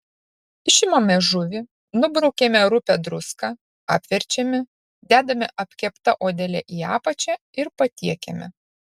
išimame žuvį nubraukiame rupią druską apverčiame dedame apkepta odele į apačią ir patiekiame